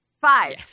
Five